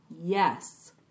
Yes